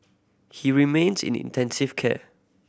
he remains in intensive care